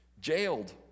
jailed